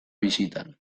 bizitan